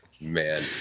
man